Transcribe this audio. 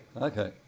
Okay